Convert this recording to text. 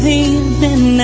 evening